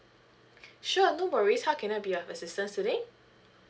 sure no worries how can I be of assistance today